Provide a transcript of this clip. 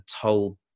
told